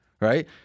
right—